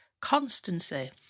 Constancy